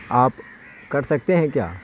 آپ کر سکتے ہیں کیا